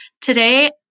Today